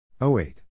08